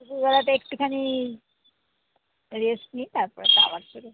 দুপুরবেলাটা একটুখানি রেস্ট নিই তারপরে তো আবার শুরু হয়